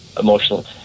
emotional